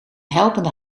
helpende